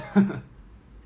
bread or something like that